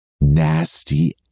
Nasty